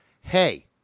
hey